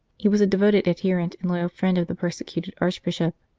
he was a devoted adherent and loyal friend of the persecuted archbishop.